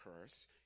curse